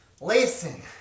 Listen